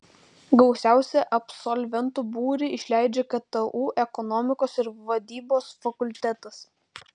gausiausią absolventų būrį išleidžia ktu ekonomikos ir vadybos fakultetas